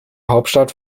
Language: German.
hauptstadt